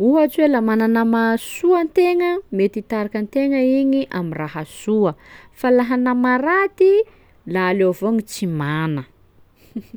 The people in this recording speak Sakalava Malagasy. ohatsy hoe laha mana nama soa an-tegna mety hitarika an-tegna igny amy raha soa, fa laha nama raty la aleo avao gn' tsy mana.